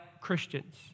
Christians